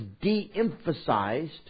de-emphasized